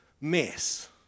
mess